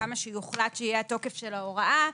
כמה שיוחלט שיהיה התוקף של ההוראה,